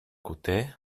coûté